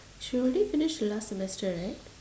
she already finish the last semester right